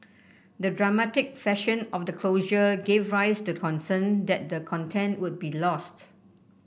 the dramatic fashion of the closure gave rise to the concern that the content would be lost